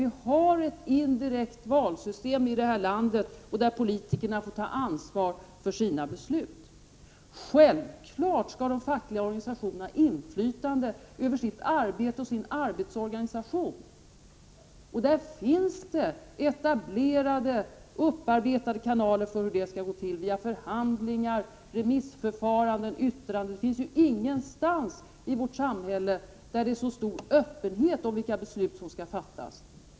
Vi har ett indirekt valsystem i det här landet där politikerna får ta ansvar för sina beslut. Självfallet skall de fackliga organisationerna ha inflytande över sitt arbete och sin arbetsorganisation. Det finns etablerade och upparbetade kanaler för hur detta skall gå till — vi har förhandlingar, remissförfaranden, yttranden. Ingen annanstans i vårt samhäller råder så stor öppenhet över vilka beslut som fattas.